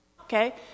Okay